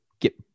get